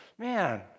Man